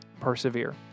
persevere